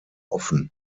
offen